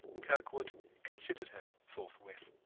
kirkwood considered her, forthwith.